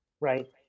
Right